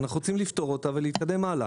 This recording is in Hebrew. אנחנו רוצים לפתור אותה ולהתקדם הלאה.